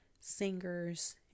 singers